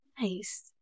Nice